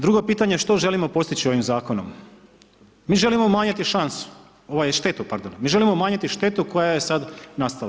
Drugo pitanje, što želimo postići ovim zakonom, mi želimo umanjiti šansu, ovaj štetu, pardon, mi želimo umanjiti štetu koja je sad nastala.